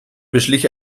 beschlich